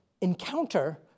encounter